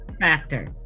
factor